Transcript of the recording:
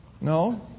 No